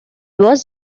was